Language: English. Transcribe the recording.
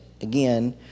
Again